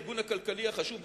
הארגון הכלכלי החשוב בעולם,